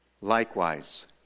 Likewise